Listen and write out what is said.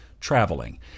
traveling